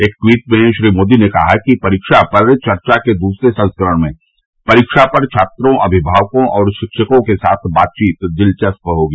एक ट्वीट में श्री मोदी ने कहा कि परीक्षा पर चर्चा के दूसरे संस्करण में परीक्षा पर छात्रों अभिभावकों और शिक्षकों के साथ बातचीत दिलचस्प होगी